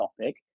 topic